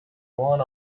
want